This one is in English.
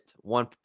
one